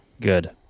Good